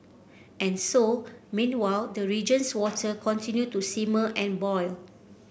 and so meanwhile the region's water continue to simmer and boil